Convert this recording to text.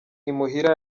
imuhira